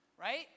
Right